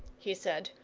he said.